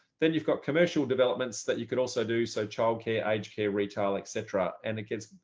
then you've got commercial developments that you could also do so childcare, aged care, retail, etc. and it gets,